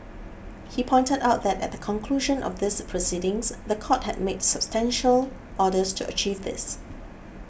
he pointed out that at the conclusion of these proceedings the court had made substantial orders to achieve this